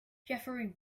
jeffery